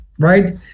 Right